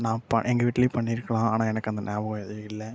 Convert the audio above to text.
எங்கள் வீட்லேயும் பண்ணி இருக்கலாம் எனக்கு அந்த நியாபகம் எதுவும் இல்லை